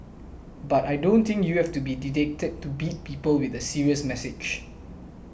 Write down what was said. but I don't think you have to be didactic to beat people with a serious message